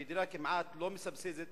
המדינה כמעט לא מסבסדת